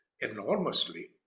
enormously